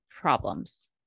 problems